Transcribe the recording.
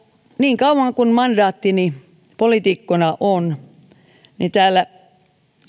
niin kauan kuin mandaattini poliitikkona on niin täällä